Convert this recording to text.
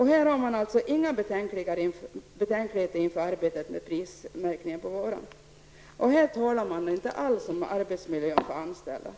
Här har man alltså inga betänkligheter inför arbetet med extraprismärkning på varan. Då talar man inte alls om arbetsmiljön för de anställda.